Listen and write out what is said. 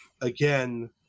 again